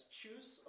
choose